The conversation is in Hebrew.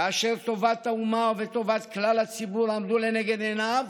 כאשר טובת האומה וטובת כלל הציבור עמדו לנגד עיניו,